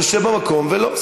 תשב במקום, ולא.